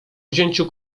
wzięciu